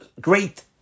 great